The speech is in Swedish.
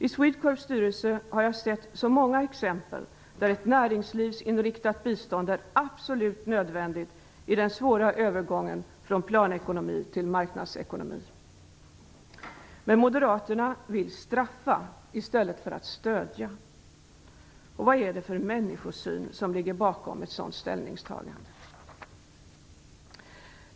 I Swedecorps styrelse har jag sett så många exempel på att ett näringslivsinriktat bistånd är absolut nödvändigt i den svåra övergången från planekonomi till marknadsekonomi. Men moderaterna vill straffa i stället för att stödja. Vad är det för människosyn som ligger bakom ett sådant ställningstagande?